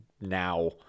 now